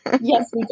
Yes